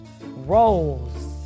rolls